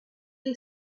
est